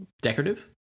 Decorative